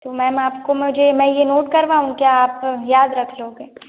तो मैम आपको मुझे मैं यह नोट करवाऊँ क्या आप याद रख लोगे